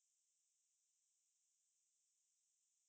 so err both of us were there right